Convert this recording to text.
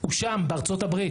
הוא שם בארה"ב,